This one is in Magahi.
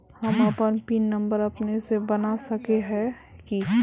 हम अपन पिन नंबर अपने से बना सके है की?